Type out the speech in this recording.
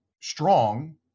strong